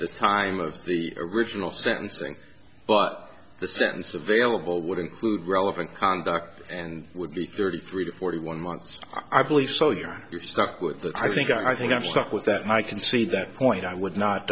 the time of the original sentencing but the sentence available would include relevant conduct and would be thirty three to forty one months i believe so you're stuck with that i think i think i'm stuck with that i can see that point i would not